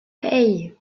hey